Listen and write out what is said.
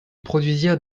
produisirent